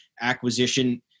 acquisition